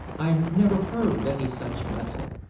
i have never heard of any such a vessel.